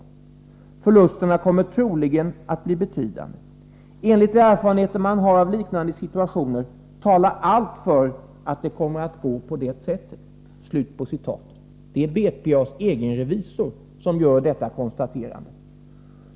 Förlusterna kommer troligen att bli betydande. Enligt de erfarenheter man har av liknande situationer talar allt för att det kommer att gå på det sättet.” Det är BPA:s egen revisor som gör detta konstaterande.